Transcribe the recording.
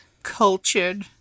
cultured